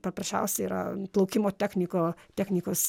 paprasčiausiai yra plaukimo techniko technikos